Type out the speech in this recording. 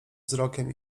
wzrokiem